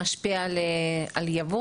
משפיע על ייבוא?